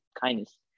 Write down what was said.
kindness